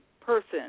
person